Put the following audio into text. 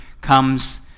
comes